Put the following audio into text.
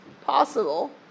possible